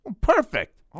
Perfect